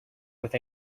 with